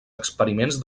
experiments